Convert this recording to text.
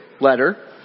letter